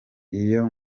iyo